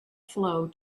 flow